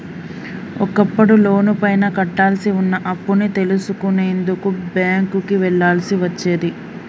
ఒకప్పుడు లోనుపైన కట్టాల్సి వున్న అప్పుని తెలుసుకునేందుకు బ్యేంకుకి వెళ్ళాల్సి వచ్చేది